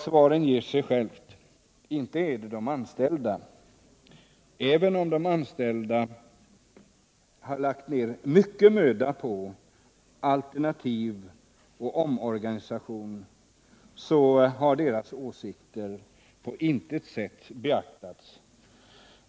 Svaret ger sig självt: Inte är det de anställda. Även om de anställda har lagt ner mycken möda på alternativ och omorganisation, så har deras åsikter på intet sätt beaktats.